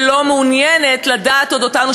שלא מעוניינת לדעת על אודותיהן,